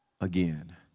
again